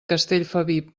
castellfabib